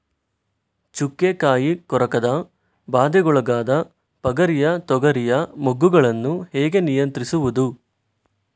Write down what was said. ಚುಕ್ಕೆ ಕಾಯಿ ಕೊರಕದ ಬಾಧೆಗೊಳಗಾದ ಪಗರಿಯ ತೊಗರಿಯ ಮೊಗ್ಗುಗಳನ್ನು ಹೇಗೆ ನಿಯಂತ್ರಿಸುವುದು?